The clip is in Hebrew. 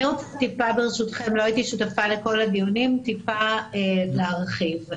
לא הייתי שותפה לכל הדיונים, אני רוצה להרחיב.